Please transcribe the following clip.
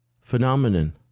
phenomenon